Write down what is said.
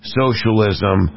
socialism